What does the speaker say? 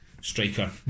Striker